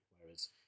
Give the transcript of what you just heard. Whereas